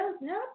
No